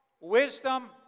wisdom